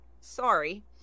sorry